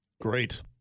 Great